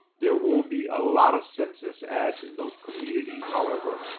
there will be a lot of census ads in those communities, however,